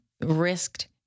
risked